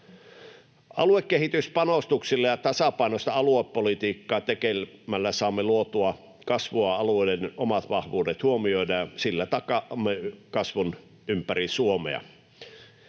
Aluekehityspanostuksilla ja tasapainoista aluepolitiikkaa tekemällä saamme luotua kasvua alueiden omat vahvuudet huomioiden, ja sillä takaamme kasvun ympäri Suomea.